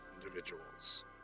individuals